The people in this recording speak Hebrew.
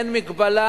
אין מגבלה,